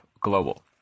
global